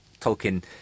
Tolkien